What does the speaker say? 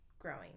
growing